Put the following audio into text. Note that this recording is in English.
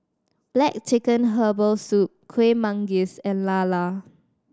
Black Chicken Herbal Soup Kueh Manggis and lala